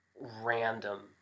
random